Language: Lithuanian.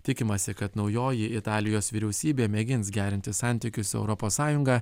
tikimasi kad naujoji italijos vyriausybė mėgins gerinti santykius su europos sąjunga